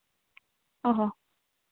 ᱚ ᱦᱚ